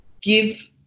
give